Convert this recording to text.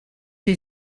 who